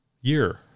year